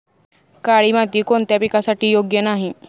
काळी माती कोणत्या पिकासाठी योग्य नाही?